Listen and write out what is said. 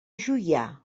juià